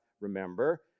remember